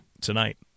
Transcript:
tonight